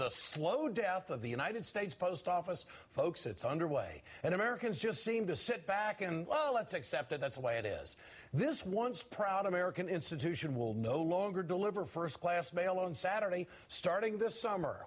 the slow death of the united states post office folks it's underway and americans seem to sit back and accept that that's the way it is this once proud american institution will no longer deliver first class mail on saturday starting this summer